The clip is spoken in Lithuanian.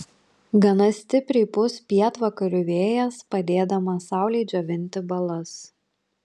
gana stipriai pūs pietvakarių vėjas padėdamas saulei džiovinti balas